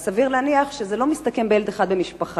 אז סביר להניח שזה לא מסתכם בילד אחד במשפחה.